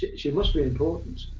ah she must be important.